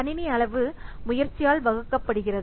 கணினி அளவு முயற்சியால் வகுக்கப்படுகிறது